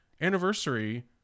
anniversary